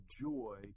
joy